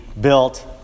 built